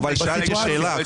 אבל שאלתי שאלה,